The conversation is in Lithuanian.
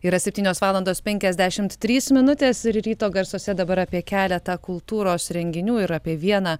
yra septynios valandos penkiasdešimt trys minutės ir ryto garsuose dabar apie keletą kultūros renginių ir apie vieną